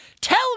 Tell